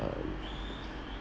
err